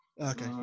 Okay